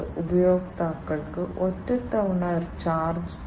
ചെടികൾക്ക് ഉപയോഗിക്കേണ്ട മണ്ണ്